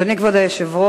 אדוני כבוד היושב-ראש,